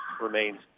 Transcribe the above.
remains